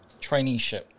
traineeship